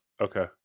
Okay